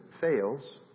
fails